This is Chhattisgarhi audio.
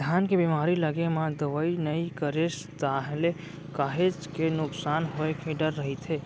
धान के बेमारी लगे म दवई नइ करेस ताहले काहेच के नुकसान होय के डर रहिथे